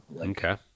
okay